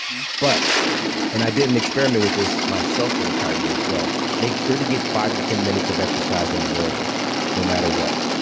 but and i did an experiment with this myself for an entire year as well. make sure to get five to ten minutes of exercise in the morning no matter what.